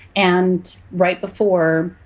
and right before